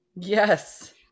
yes